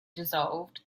dissolved